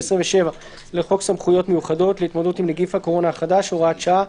27 לחוק סמכויות מיוחדות להתמודדות עם נגיף הקורונה החדש (הוראת שעה),